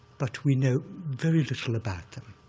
but we know very little about them.